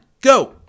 go